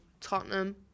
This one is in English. Tottenham